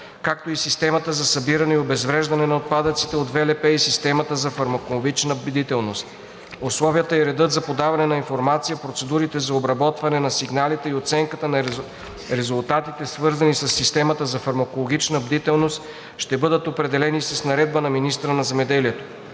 както и системата за събиране и обезвреждане на отпадъците от ВЛП и системата за фармакологична бдителност. Условията и редът за подаване на информация, процедурите за обработване на сигналите и оценката на резултатите, свързани със системата за фармакологична бдителност, ще бъдат определени с наредба на министъра на земеделието.